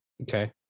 Okay